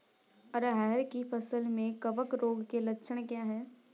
अरहर की फसल में कवक रोग के लक्षण क्या है?